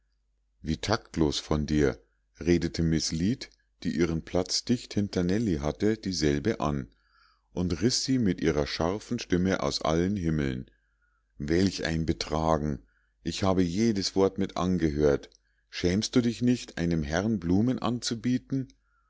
wie taktlos von dir redete miß lead die ihren platz dicht hinter nellie hatte dieselbe an und riß sie mit ihrer scharfen stimme aus allen himmeln welch ein betragen ich habe jedes wort mit angehört schämst du dich nicht einem herrn blumen anzubieten